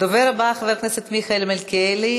הדובר הבא, חבר הכנסת מיכאל מלכיאלי,